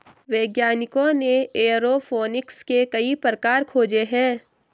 वैज्ञानिकों ने एयरोफोनिक्स के कई प्रकार खोजे हैं